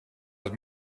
het